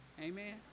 amen